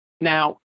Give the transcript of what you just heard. Now